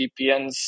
VPNs